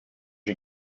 you